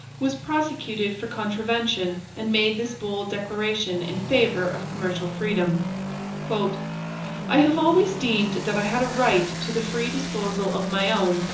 was prosecuted for contravention, and made this bold declaration in favour of commercial freedom i have always deemed that i had a right to the free disposal of my own,